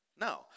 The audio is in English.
No